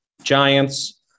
Giants